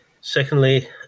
Secondly